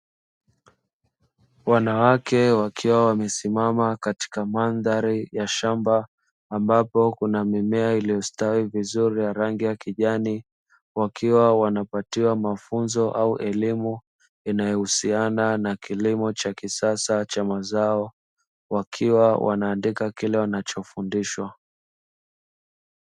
Wanawake wakiwa wamesimama katika mandhari ya shamba ambapo kuna mimea iliyostawi vizuri ya rangi ya kijani; wakiwa wanapatiwa mafunzo au elimu inayohusiana na kilimo cha kisasa cha mazao, wakiwa wanaandika kile wanachofundishwa.